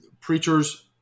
preachers